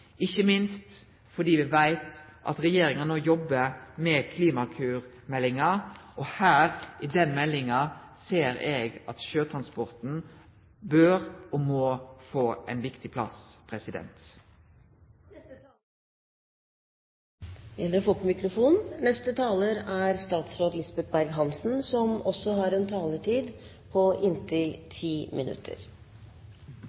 ikkje minst fordi me veit at regjeringa no jobbar med Klimakur-meldinga – og i den meldinga ser eg at sjøtransporten bør og må få ein viktig plass. Først av alt vil jeg få takke interpellanten for å ta opp en viktig sak, og som representanten påpekte, er også